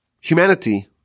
Humanity